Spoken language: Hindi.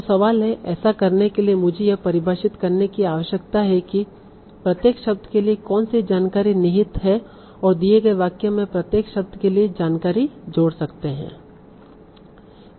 तो सवाल है ऐसा करने के लिए मुझे यह परिभाषित करने की आवश्यकता है कि प्रत्येक शब्द के लिए कौन सी जानकारी निहित है और दिए गए वाक्य मैं प्रत्येक शब्द के लिए जानकारी जोड़ सकते हैं